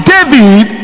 David